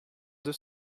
deux